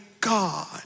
God